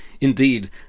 Indeed